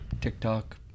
TikTok